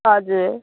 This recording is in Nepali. हजुर